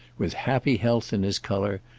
with happy health in his colour,